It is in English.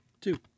Two